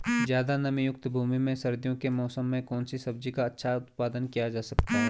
ज़्यादा नमीयुक्त भूमि में सर्दियों के मौसम में कौन सी सब्जी का अच्छा उत्पादन किया जा सकता है?